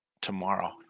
tomorrow